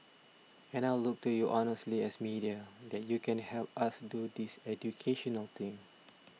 and I'll look to you honestly as media that you can help us do this educational thing